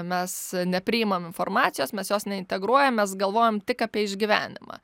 mes nepriimam informacijos mes jos neintegruojam mes galvojam tik apie išgyvenimą